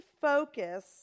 focus